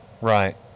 Right